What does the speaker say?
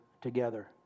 together